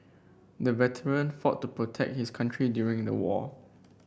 the veteran fought to protect his country during the war